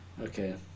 Okay